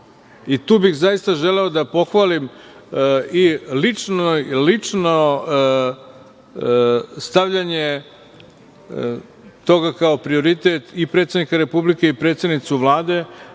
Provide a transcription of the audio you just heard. Tu bih zaista želeo da pohvalim i lično stavljanje toga kao prioritet i predsednika Republike i predsednicu Vlade